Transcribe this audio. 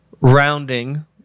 rounding